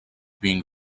being